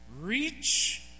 reach